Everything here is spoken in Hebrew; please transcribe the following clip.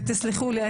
תסלחו לי,